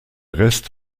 rest